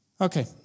Okay